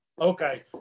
Okay